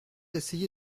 essayé